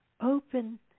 open